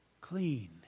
clean